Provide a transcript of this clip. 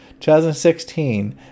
2016